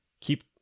keep